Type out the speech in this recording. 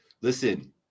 Listen